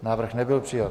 Návrh nebyl přijat.